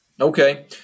okay